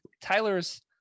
Tyler's